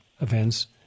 events